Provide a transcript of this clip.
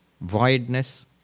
voidness